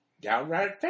downright